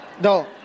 no